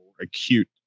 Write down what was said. acute